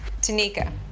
Tanika